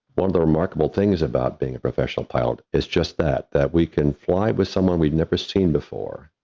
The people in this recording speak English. one of the remarkable things about being a professional pilot is just that that we can fly with someone we'd never seen before,